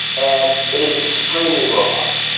and it is extremely robust,